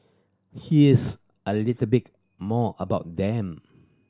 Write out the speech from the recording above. here's a little bit more about them